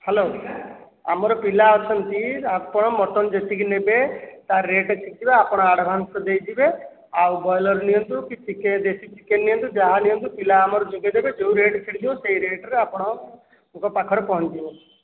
hello ଆମର ପିଲା ଅଛନ୍ତି ଆପଣ ମଟନ ଯେତିକି ନେବେ ତା ରେଟ୍ ଦେଖିବେ ଆପଣ ଆଡ଼ଭାନ୍ସ ଦେଇଯିବେ ଆଉ ବ୍ରଏଲର ନିଅନ୍ତୁ କି ଦେଶୀଚିକେନ ନିଅନ୍ତୁ କି ଯାହା ନିଅନ୍ତୁ ପିଲା ଆମର ଯୋଗାଇ ଦେବେ ଯେଉଁ ରେଟ୍ ଛିଡ଼ିଯିବ ସେଇ ରେଟ୍ ରେ ଆପଣ ଙ୍କ ପାଖରେ ପହଞ୍ଚିଯିବ